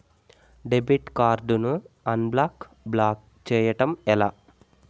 Debit card ను unblock block చేయటం ఎలా?